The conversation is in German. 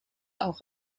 auch